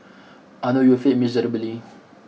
I know you failed miserably